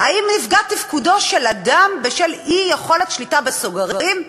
אם נפגע תפקודו של אדם בשל אי-יכולת שליטה בסוגרים?